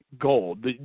gold